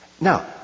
Now